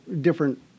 different